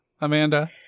Amanda